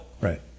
Right